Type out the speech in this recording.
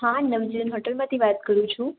હા નવજીવન હોટેલમાંથી વાત કરું છું